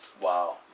Wow